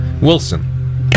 Wilson